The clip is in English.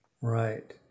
Right